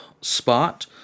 spot